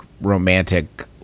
romantic